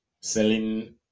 selling